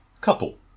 Couple